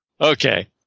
Okay